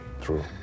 True